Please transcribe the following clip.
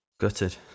Gutted